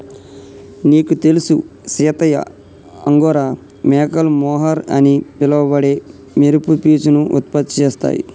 నీకు తెలుసు సీతయ్య అంగోరా మేకలు మొహర్ అని పిలవబడే మెరుపు పీచును ఉత్పత్తి చేస్తాయి